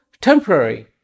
temporary